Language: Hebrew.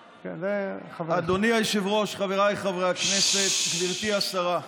אדוני היושב-ראש, חבריי חברי הכנסת, גברתי השרה,